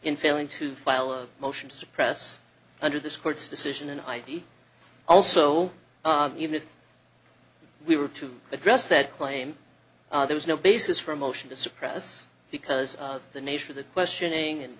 in failing to file a motion to suppress under this court's decision and id also even if we were to address that claim there was no basis for a motion to suppress because the nature of the questioning and